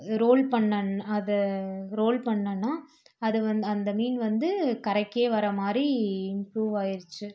role பண்ணனா அதை roll பண்ணன்னா அதை வந் அந்த மீன் வந்து கரைக்கே வர மாதிரி இம்ப்ரூவ் ஆயிருச்சு